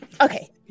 okay